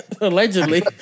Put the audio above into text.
Allegedly